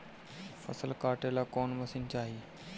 फसल काटेला कौन मशीन चाही?